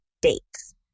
dates